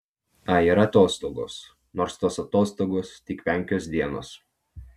ai ir atostogos nors tos atostogos tik penkios dienos